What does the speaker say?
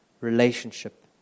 relationship